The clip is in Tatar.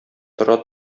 тора